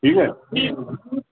ٹھیک ہے